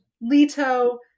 Leto